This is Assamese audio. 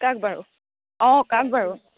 কাক বাৰু অঁ কাক বাৰু